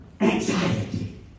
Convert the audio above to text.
anxiety